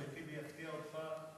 עכשיו אחמד טיבי יפתיע אותך.